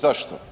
Zašto?